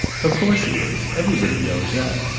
of course he is. everybody knows that.